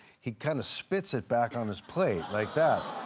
he kind of spits it back on his plate, like that.